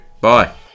Bye